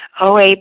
OA